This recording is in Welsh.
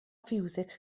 fiwsig